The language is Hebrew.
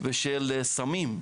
ושל סמים.